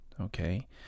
okay